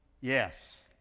yes